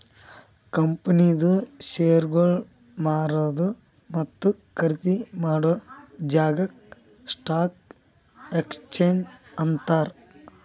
ಕಂಪನಿದು ಶೇರ್ಗೊಳ್ ಮಾರದು ಮತ್ತ ಖರ್ದಿ ಮಾಡಾ ಜಾಗಾಕ್ ಸ್ಟಾಕ್ ಎಕ್ಸ್ಚೇಂಜ್ ಅಂತಾರ್